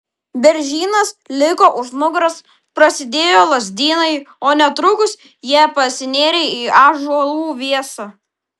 beržynas liko už nugaros prasidėjo lazdynai o netrukus jie pasinėrė į ąžuolų vėsą